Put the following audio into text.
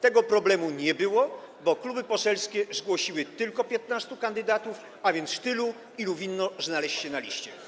Tego problemu nie było, bo kluby poselskie zgłosiły tylko 15 kandydatów, a więc tylu, ilu winno znaleźć się na liście.